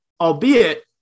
Albeit